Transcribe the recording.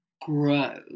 grow